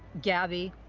gabi.